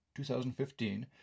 2015